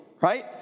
right